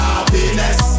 Happiness